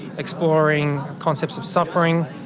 exploring concepts of suffering,